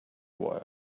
work